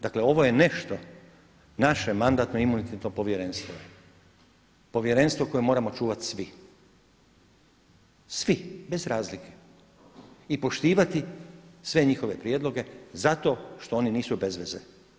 Dakle ovo je nešto naše Mandatno-imunitetno povjerenstvo je povjerenstvo koje moramo čuvati svi, svi bez razlike i poštivati sve njihove prijedloge zato što oni nisu bez veze.